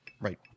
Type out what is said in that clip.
Right